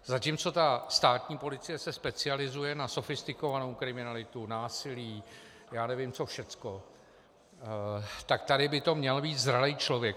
Zatímco státní policie se specializuje na sofistikovanou kriminalitu, násilí, nevím co všechno, tak tady by to měl být zralý člověk.